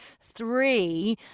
three